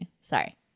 Sorry